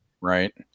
right